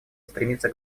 стремиться